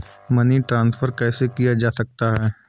Money transfer कैसे किया जा सकता है?